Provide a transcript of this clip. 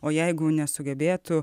o jeigu nesugebėtų